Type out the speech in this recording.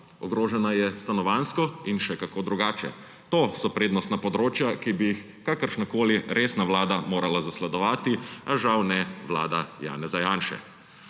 ogrožena je stanovanjsko in še kako drugače. To so prednostna področja, ki bi jih kakršnakoli resna vlada morala zasledovati, a žal ne vlada Janeza Janše.